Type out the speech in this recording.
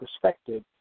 perspective